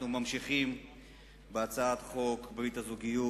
אנחנו ממשיכים בהצעת חוק ברית הזוגיות,